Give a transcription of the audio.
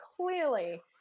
Clearly